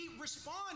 respond